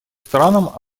странам